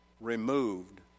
removed